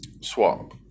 swap